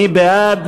מי בעד?